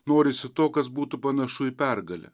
norisi to kas būtų panašu į pergalę